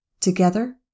Together